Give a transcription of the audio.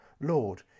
Lord